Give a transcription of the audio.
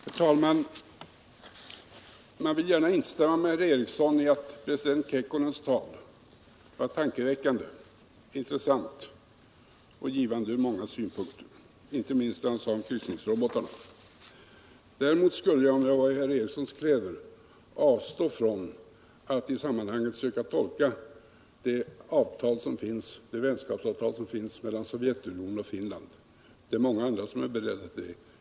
Herr talman! Man vill gärna instämma med Sture Ericson i att president Kekkonens tal var tankeväckande, intressant och givande från många synpunkter — inte minst vad han sade om kryssningsrobotarna. Däremot skulle jag, om jag vore i herr Ericsons kläder, avstå från att i sammanhanget söka tolka det vänskapsavtal som finns mellan Sovjetunionen och Finland. Det är många andra som är beredda till det.